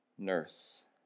Nurse